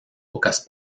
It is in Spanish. pocas